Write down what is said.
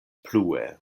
plue